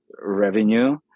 revenue